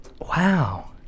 Wow